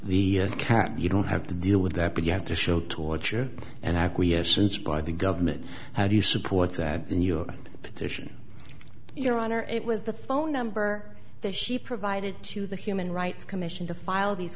the cap you don't have to deal with that but you have to show torture and acquiescence by the government how do you support that in your petition your honor it was the phone number that she provided to the human rights commission to file these